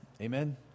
Amen